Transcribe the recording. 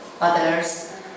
others